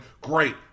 great